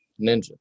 ninja